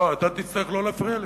לא, אתה תצטרך לא להפריע לי.